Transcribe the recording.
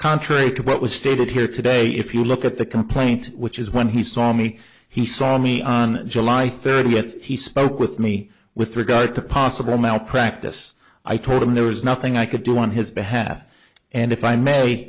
contrary to what was stated here today if you look at the complaint which is when he saw me he saw me on july thirtieth if he spoke with me with regard to possible malpractise i told him there was nothing i could do on his behalf and if i may